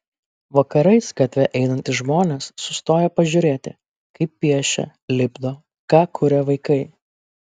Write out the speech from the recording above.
vakarais gatve einantys žmonės sustoja pažiūrėti kaip piešia lipdo ką kuria vaikai